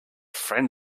friend